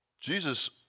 Jesus